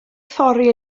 thorri